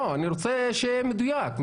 אני רוצה שיהיה מדויק.